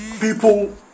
people